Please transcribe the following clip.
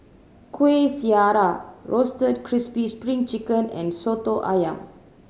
Kueh Syara Roasted Crispy Spring Chicken and Soto Ayam